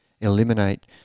eliminate